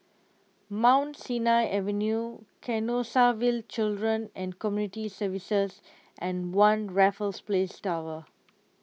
Mount Sinai Avenue Canossaville Children and Community Services and one Raffles Place Tower